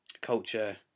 culture